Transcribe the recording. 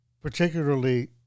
particularly